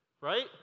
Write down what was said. right